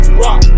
rock